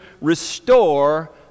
restore